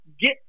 get